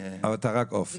אתה רק עופר.